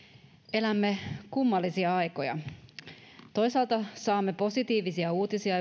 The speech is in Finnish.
elämme kummallisia aikoja toisaalta saamme positiivisia uutisia